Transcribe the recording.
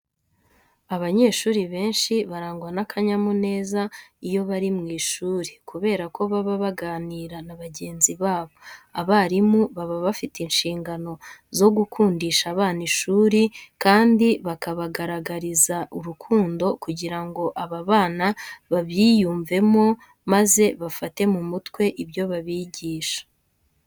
Abanyeshuri benshi barangwa n'akanyamuneza iyo bari mu ishuri kubera ko baba baganira na bagenzi babo. Abarimu baba bafite inshingano zo gukundisha abana ishuri kandi bakabagaragariza urukundo kugira ngo aba bana babiyumvemo maze bafate mu mutwe ibyo babigisha.